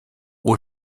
aux